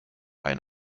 ein